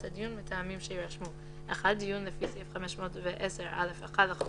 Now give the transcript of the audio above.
הדיון מטעמים שיירשמו: (1) דיון לפי סעיף 510(א1) לחוק